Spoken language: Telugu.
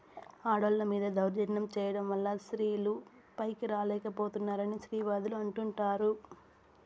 ఆడోళ్ళ మీద దౌర్జన్యం చేయడం వల్ల స్త్రీలు పైకి రాలేక పోతున్నారని స్త్రీవాదులు అంటుంటారు